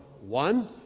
One